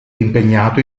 impegnato